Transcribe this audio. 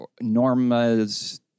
Norma's